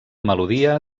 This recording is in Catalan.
melodia